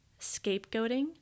scapegoating